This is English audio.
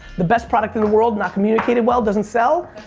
the best product in the world not communicated well doesn't sell.